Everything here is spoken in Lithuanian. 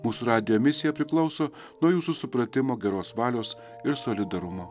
mūsų radijo misija priklauso nuo jūsų supratimo geros valios ir solidarumo